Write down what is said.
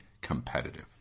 competitive